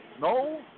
no